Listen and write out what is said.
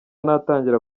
natangira